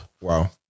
Wow